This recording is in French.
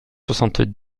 soixante